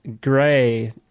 gray